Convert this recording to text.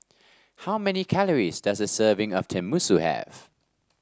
how many calories does a serving of Tenmusu have